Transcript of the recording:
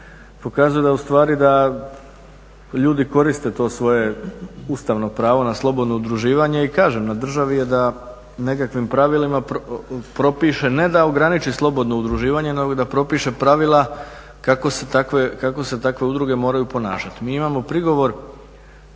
pokazuje ustvari da ljudi koriste to svoje ustavno pravo na slobodno udruživanje i kažem na državi je da nekakvim pravilima propiše ne da ograniči slobodno udruživanje nego da propiše pravila kako se takve udruge moraju ponašati. Mi imamo prigovor